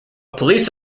police